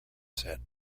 said